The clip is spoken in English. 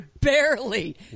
barely